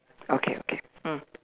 okay okay mm